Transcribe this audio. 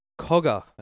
Cogger